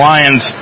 Lions